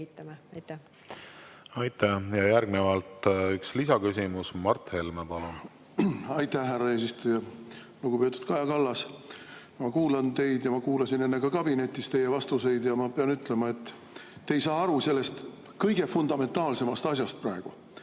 Aitäh! Järgnevalt üks lisaküsimus. Mart Helme, palun! Aitäh, härra eesistuja! Lugupeetud Kaja Kallas! Ma kuulan teid – ma kuulasin enne ka kabinetis teie vastuseid – ja ma pean ütlema, et te ei saa aru sellest kõige fundamentaalsematest asjast praegu: